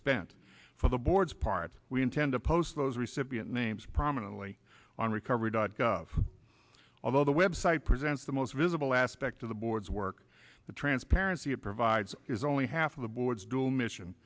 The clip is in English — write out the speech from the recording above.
spent for the board's parts we intend to post those recipient names prominently on recovery dot gov although the website presents the most visible aspect of the board's work the transparency it provides is only half of the board's dual mission